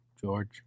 George